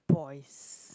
boys